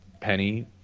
Penny